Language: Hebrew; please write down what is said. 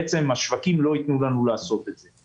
בעצם השווקים לא יתנו לנו לעשות את זה.